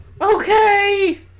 okay